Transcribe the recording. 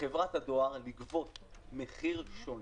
לחברת הדואר לגבות מחיר שונה,